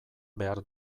behar